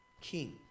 King